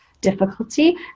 difficulty